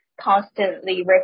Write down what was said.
constantly